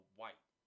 white